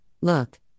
look